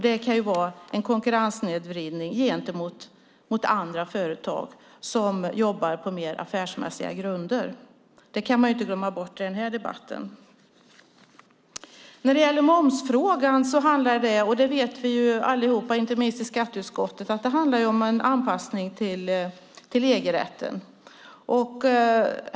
Det kan vara en konkurrenssnedvridning gentemot andra företag som jobbar på mer affärsmässiga grunder. Det får man inte glömma i den här debatten. När det gäller momsfrågan handlar det om en anpassning till EG-rätten.